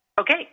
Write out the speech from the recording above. Okay